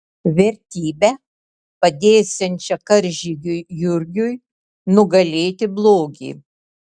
vertybe padėsiančia karžygiui jurgiui nugalėti blogį